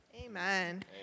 Amen